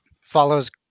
follows